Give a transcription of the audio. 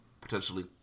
potentially